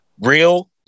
real